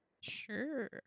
Sure